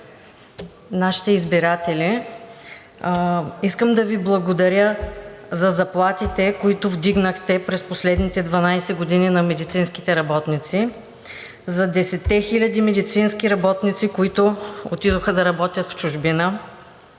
нашите избиратели искам да Ви благодаря: за заплатите, които вдигнахте през последните 12 години на медицинските работници; за десетте хиляди медицински работници, които отидоха да работят в чужбина;